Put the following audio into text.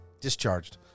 discharged